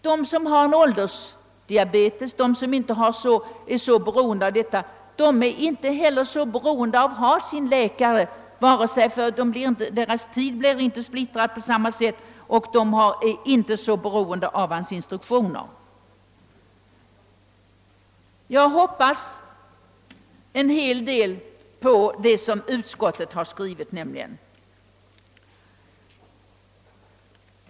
De som har en åldersdiabetes är kanske inte så beroende av att ha sin läkare, deras tid blir inte splittrad av besök på allmänna mottagningen och de är heller inte fullt så beroende av en specialist.